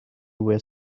were